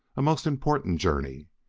a most important journey.